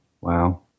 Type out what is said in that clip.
Wow